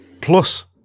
Plus